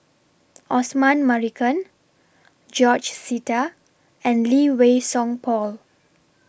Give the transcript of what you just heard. Osman Merican George Sita and Lee Wei Song Paul